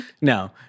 No